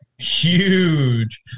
huge